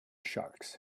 sharks